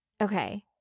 Okay